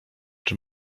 czy